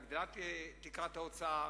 להגדלת תקרת ההוצאה.